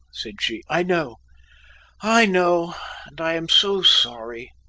said she, i know i know! and i am so sorry.